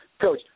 Coach